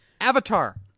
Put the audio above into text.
Avatar